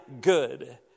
good